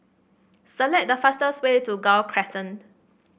select the fastest way to Gul Crescent